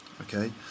Okay